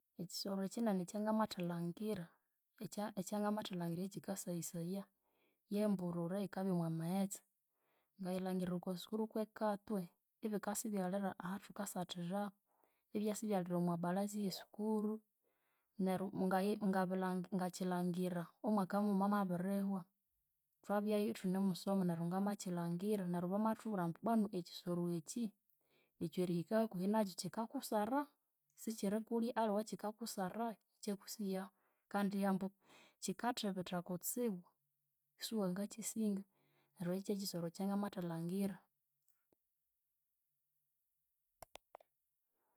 Ekyisoro ekyinene ekyanamathalhangira ekya ekyangamathalhangira ekyika saghisaya, yemburura eyikabya omwamaghetse. Ngayilhangirira okwasukuru kwekatwe. Ibikasa ibyalhira ahathukasathira. Ibikasa ibyalhira okwabalaza yesukuru neru ngakyilhangira omwaka mughuma amabirihwa. Thwabyayu ithunemusoma neryu ngamakyilhangira neryu bamathubwira ambu bwanu ekyisoro ekyi ikyo erihika hakuhi nakyu kyikakusara. Sikyirikulya aliwe kyikakusara ikyakusiya ahu kandi ambu kyikathibitha kutsibu siwangakyisinga. Neryu ekyu kyekyisoro ekyanamathalhangira